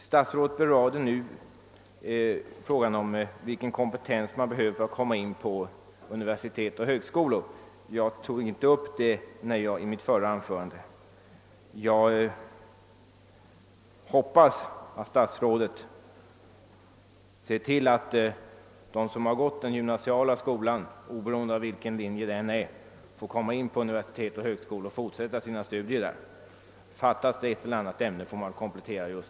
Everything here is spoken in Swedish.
Statsrådet berörde nu frågan om vilken kompetens som skall behövas för inträde till universitet och högskolor. Jag tog inte upp denna fråga i mitt föregående anförande. Jag hoppas ati statsrådet ser till att de som genomgått den gymnasiala skolan, oberoende av vilken linje de valt, får tillträde till universitet och högskolor för att fortsätta sina studier. Om kunskaper i ett eller annat ämne saknas, får man komplettera dessa.